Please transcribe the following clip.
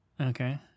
Okay